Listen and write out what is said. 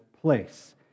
place